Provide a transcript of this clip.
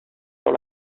dans